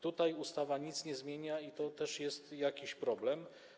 Tutaj ustawa nic nie zmienia i to też jest jakiś problem.